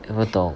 怎么懂